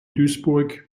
duisburg